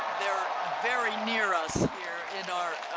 they're very near us here in our